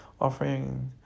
offering